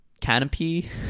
canopy